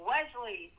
Wesley